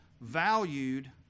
valued